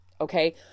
okay